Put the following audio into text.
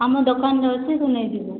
ଆମ ଦୋକାନରେ ଅଛେ ତୁ ନେଇଯିବୁ